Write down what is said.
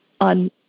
On